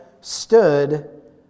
stood